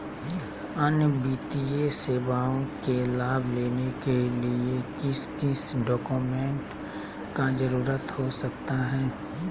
अन्य वित्तीय सेवाओं के लाभ लेने के लिए किस किस डॉक्यूमेंट का जरूरत हो सकता है?